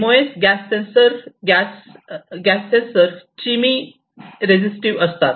MOS gas sensor chemiresistive असतात